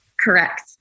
Correct